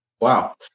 Wow